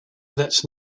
that